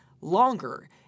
longer